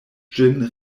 ĝin